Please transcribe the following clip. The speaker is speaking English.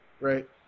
right